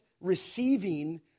receiving